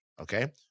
Okay